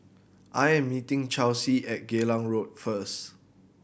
I am meeting Chelsie at Geylang Road first